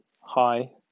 hi